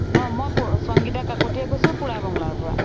অঁ মই সংগীতা কাকতিয়ে কৈছোঁ পোৰা বংলাৰপৰা